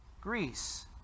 Greece